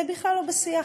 זה בכלל לא בשיח.